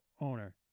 owner